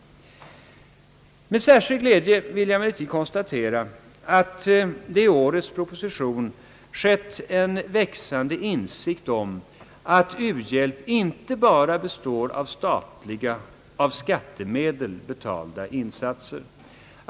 Med särskild glädja vill jag konstatera att årets proposition ger intryck av en växande insikt om att u-hjälp inte bara består av statliga och med skattemedel betalda insatser.